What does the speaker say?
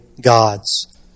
God's